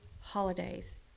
holidays